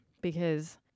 because-